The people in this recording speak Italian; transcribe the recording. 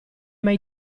mai